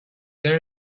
there